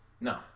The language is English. No